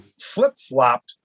flip-flopped